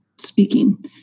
speaking